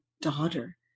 daughter